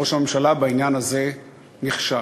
ראש הממשלה בעניין הזה נכשל.